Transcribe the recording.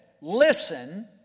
listen